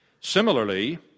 Similarly